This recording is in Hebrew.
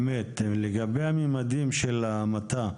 לגבי הממדים של ההמתה,